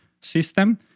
system